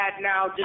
now